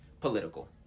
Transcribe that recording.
political